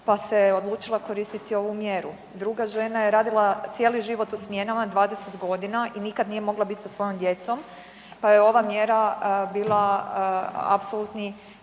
pa se odlučila koristiti ovu mjeru, druga žena je radila cijeli život u smjenama 20 godina i nikad nije mogla bit sa svojom djecom pa joj je ova mjera bila apsolutni